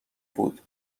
بود